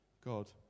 God